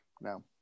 no